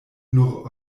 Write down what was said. nur